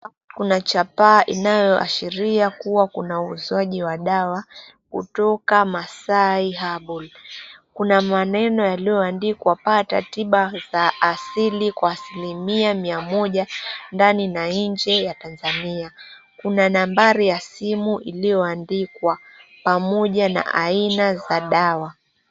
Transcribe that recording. Kuna chapaa inayo ashiria kuwa kuna uuzaji wa dawa kutoka Maasai Herbal, kuna maneno yaliyoandikwa pata tiba kwa za asili kwa asilimia 100 ndani na nje ya Tanzania nambari ya simu imeandikwa pamoja na aina za dawa.